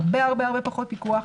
הרבה פחות פיקוח.